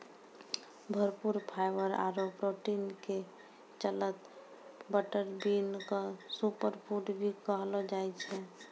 भरपूर फाइवर आरो प्रोटीन के चलतॅ बटर बीन क सूपर फूड भी कहलो जाय छै